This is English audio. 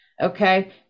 okay